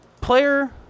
player